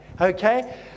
Okay